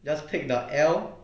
just take the L